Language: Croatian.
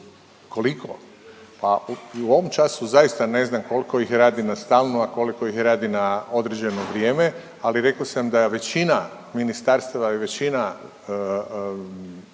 Koliko? Pa u ovom času zaista ne znam koliko ih radi na stalno, a koliko ih radi na određeno vrijeme. Ali rekao sam da većina ministarstava i većina